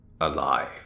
alive